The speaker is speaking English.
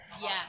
Yes